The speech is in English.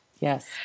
Yes